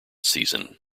season